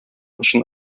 өчен